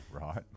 right